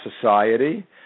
society